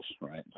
right